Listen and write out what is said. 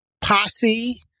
posse